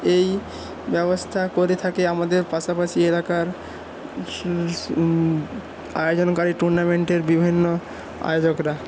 এই ব্যবস্থা করে থাকে আমাদের পাশাপাশি এলাকার আয়োজনকারী টুর্নামেন্টের বিভিন্ন আয়োজকরা